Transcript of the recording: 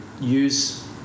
use